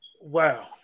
wow